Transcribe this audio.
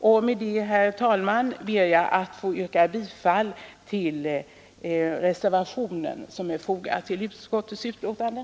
Med det anförda, herr talman, ber jag att få yrka bifall till den reservation som är fogad till utskottsbetänkandet.